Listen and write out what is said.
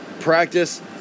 Practice